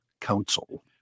Council